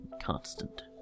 constant